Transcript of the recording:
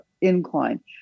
incline